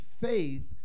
faith